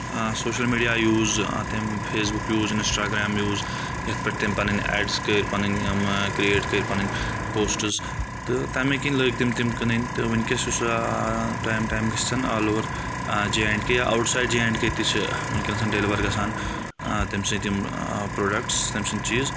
social media use تٔمۍ Facebook use Instagram use یتھ پؠٹھ تِم پنٕنۍ ایڈٕس کٔرۍ پنٕنۍ کریٹ کٔرۍ پنٕنۍ پوسٹٕز تہٕ تَمے کِنۍ لٲگۍ تِم تِم کٕنٕنۍ تہٕ وٕنکؠس چھُ سُہ ٹایم ٹایم گٔژھن all over J and K یا outside J and K تہِ چھِ وٕنکؠن ڈؠلِور گژھان تٔمۍ سٕنٛدۍ یِم پروڈکٹس تٔمۍ سٕنٛدۍ چیٖز